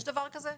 יש דבר כזה?